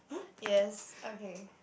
yes okay